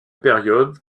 période